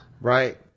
Right